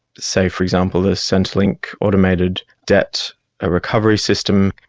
say for example the centrelink automated debt ah recovery system,